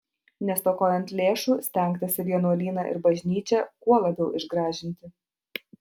nestokojant lėšų stengtasi vienuolyną ir bažnyčią kuo labiau išgražinti